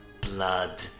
blood